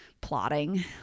plotting